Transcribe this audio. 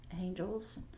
angels